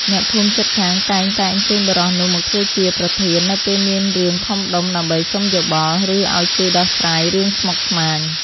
អ្នកភូមិជិតខាងតែងតែអញ្ជើញបុរសនោះមកធ្វើជាប្រធាននៅពេលមានរឿងធំដុំ ដើម្បីសុំយោបល់ ឬឲ្យជួយដោះស្រាយរឿងស្មុគស្មាញ។